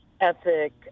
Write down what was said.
ethic